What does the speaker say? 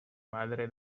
madre